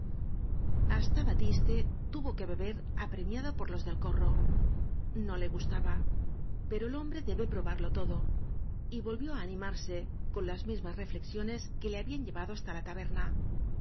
hasta batiste tuvo que beber apremiado por los del corro no le gustaba pero el hom bre debe probarlo todo y volvió á animarse con las mismas reflexiones que le habían llevado hasta la taberna